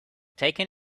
taken